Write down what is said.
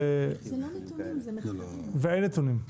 אני מבין שאין נתונים.